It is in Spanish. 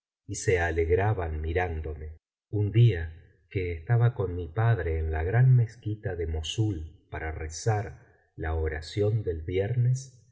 y se alegraban mirándome un día que estaba con mi padre en la gran mezquita de mossul para rezar la oración del viernes